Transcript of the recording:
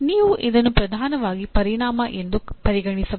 ನೀವು ಇದನ್ನು ಪ್ರಧಾನವಾಗಿ ಪರಿಣಾಮ ಎಂದು ಪರಿಗಣಿಸಬಹುದು